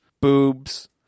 boobs